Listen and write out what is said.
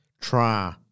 Try